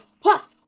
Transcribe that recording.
Plus